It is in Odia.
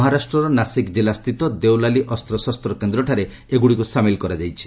ମହାରାଷ୍ଟ୍ରର ନାସିକ୍ ଜିଲ୍ଲା ସ୍ଥିତ ଦେଓଲାଲି ଅସ୍ତ୍ରଶସ୍ତ କେନ୍ଦ୍ରଠାରେ ଏଗୁଡ଼ିକୁ ସାମିଲ କରାଯାଇଛି